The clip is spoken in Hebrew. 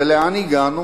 ולאן הגענו?